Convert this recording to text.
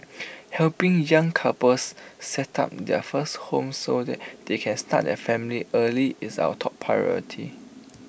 helping young couples set up their first home so that they can start their family early is our top priority